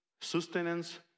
sustenance